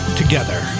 together